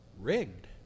rigged